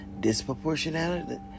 disproportionality